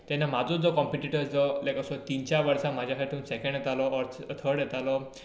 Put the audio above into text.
तेन्ना म्हजो जो कोंपिटीटोर जो लायक असो तीन चार वर्सां म्हजे खातीर सेंकेंड येतालो ओ थर्ड येतालो